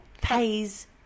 pays